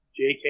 JK